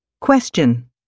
Question